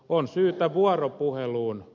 on syytä vuoropuheluun